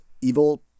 evil